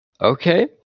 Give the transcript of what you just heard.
Okay